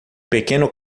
pequeno